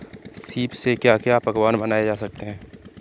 सीप से क्या क्या पकवान बनाए जा सकते हैं?